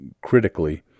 critically